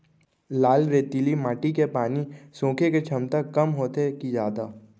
लाल रेतीली माटी के पानी सोखे के क्षमता कम होथे की जादा?